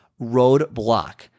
roadblock